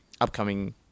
upcoming